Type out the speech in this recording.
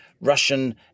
Russian